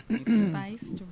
Spiced